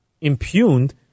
impugned